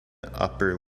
upper